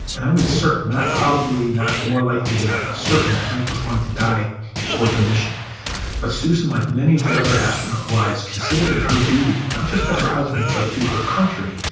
and i mean certain, not probably, not more likely than not, but certain that frank was going to die aboard the mission but susan, like many of the other astronaut wives, considered it her duty, not just to her husband, but to her country,